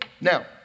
Now